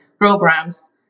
programs